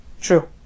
True